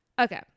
Okay